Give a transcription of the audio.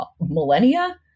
millennia